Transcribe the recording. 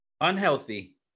unhealthy